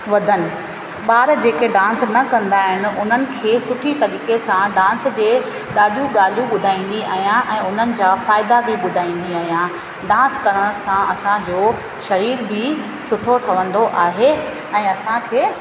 वधनि ॿार जेके डांस न कंदा आहिनि उन्हनि खे सुठी तरीक़े सां डांस जे ॾाढियूं ॻाल्हियूं ॿुधाईंदी आहियां ऐं उन्हनि जा फ़ाइदा बि ॿुधाईंदी आहियां डांस करण सां असांजो शरीर बि सुठो ठहंदो आहे ऐं असांखे